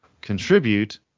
contribute